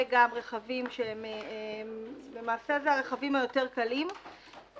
וגם רכבים למעשה הזה הרכבים היותר קלים,